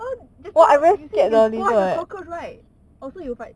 how just now you say can squash the cockroach right or so you fight